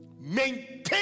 maintain